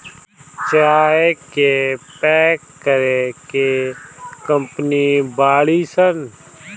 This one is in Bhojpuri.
चाय के पैक करे के कंपनी बाड़ी सन